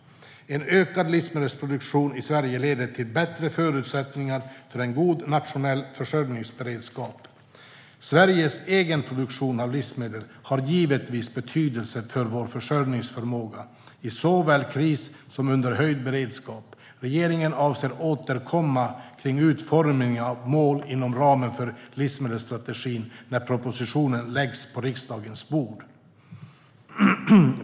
En ökad livsmedelsproduktion i Sverige leder till bättre förutsättningar för en god nationell försörjningsberedskap. Sveriges egen produktion av livsmedel har givetvis betydelse för vår försörjningsförmåga i såväl kris som under höjd beredskap. Regeringen avser att återkomma kring utformningen av mål inom ramen för livsmedelsstrategin när propositionen läggs på riksdagens bord.